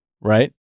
right